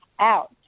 out